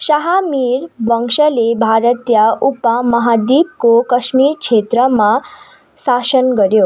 शाह मीर वंशले भारतीय उपमहाद्वीपको कश्मीरक्षेत्रमा शासन गऱ्यो